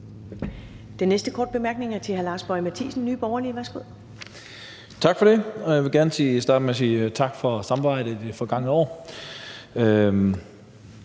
Den næste korte bemærkning er til hr. Lars Boje Mathiesen, Nye Borgerlige. Værsgo. Kl. 11:06 Lars Boje Mathiesen (NB): Tak for det. Jeg vil gerne starte med at sige tak for samarbejdet i det forgangne år.